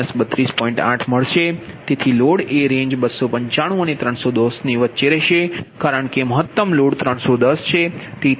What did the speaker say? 8 મળશે તેથી લોડ એ રેન્જ 295 અને 310 ની વચ્ચે રહેશે કારણ કે મહત્તમ લોડ 310 છે